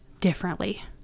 differently